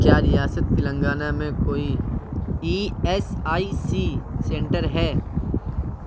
کیا ریاست تلنگانہ میں کوئی E S I C centre ہے